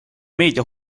meedia